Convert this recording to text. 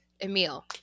Emil